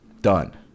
Done